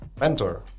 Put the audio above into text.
Mentor